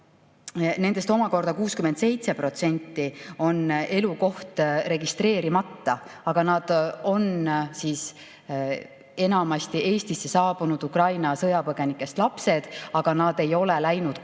nendest omakorda 67%‑l on elukoht registreerimata. Nad on enamasti Eestisse saabunud Ukraina sõjapõgenikest lapsed, aga nad ei ole läinud kooli.